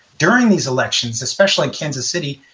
during these elections, especially kansas city,